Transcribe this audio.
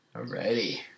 alrighty